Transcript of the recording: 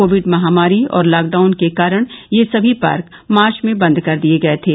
Covid महामारी और lockdown के कारण ये समी पार्क मार्च में बंद कर दिए गए थे